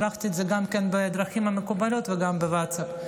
שלחתי את זה גם בדרכים המקובלות וגם בווטסאפ.